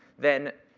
then,